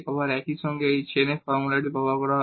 আবার একই এই চেইন ফর্মুলাটি ব্যবহার করা হবে